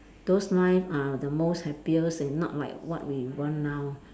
those life are the most happiest and not like what we want now